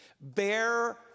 Bear